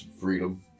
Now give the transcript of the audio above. freedom